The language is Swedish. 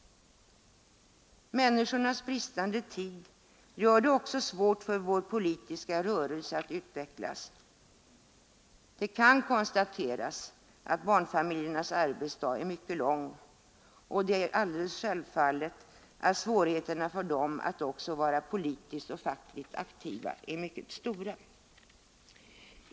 Människornas bristande tid gör det också svårt för vår politiska rörelse att utvecklas. Det kan konstateras att barnfamiljernas arbetsdag är mycket lång, och det är alldeles självfallet att svårigheterna för dem att också vara politiskt och fackligt aktiva är mycket stora.